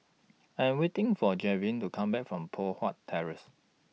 I Am waiting For Javion to Come Back from Poh Huat Terrace